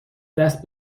دست